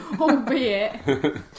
albeit